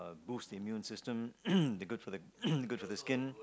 boast immune system is good for the good for the skin